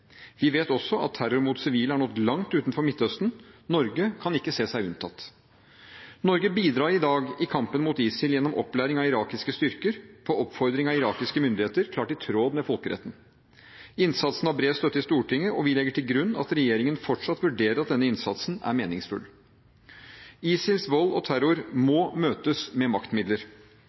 Vi vet også at terror mot sivile har nådd langt utenfor Midtøsten – Norge kan ikke se seg unntatt. Norge bidrar i dag i kampen mot ISIL gjennom opplæring av irakiske styrker på oppfordring av irakiske myndigheter og klart i tråd med folkeretten. Innsatsen har bred støtte i Stortinget, og vi legger til grunn at regjeringen fortsatt vurderer at denne innsatsen er meningsfull. ISILs vold og terror